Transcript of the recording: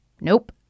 Nope